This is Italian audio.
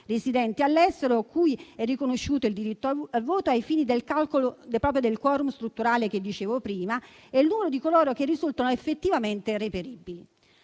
residenti all'estero cui è riconosciuto il diritto al voto ai fini del calcolo del *quorum* strutturale che dicevo prima e il numero di coloro che risultano effettivamente reperibili.